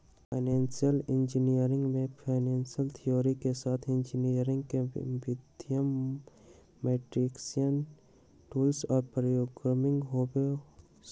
financial engineering में financial theory के साथ इंजीनियरिंग के विधियन, मैथेमैटिक्स टूल्स और प्रोग्रामिंग होबा हई